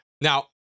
now